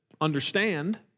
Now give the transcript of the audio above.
understand